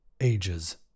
ages